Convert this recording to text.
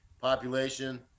population